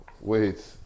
Wait